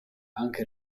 anche